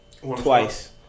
Twice